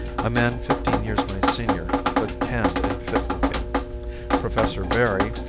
a man fifteen years my senior but tanned and fit looking professor berry,